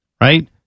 Right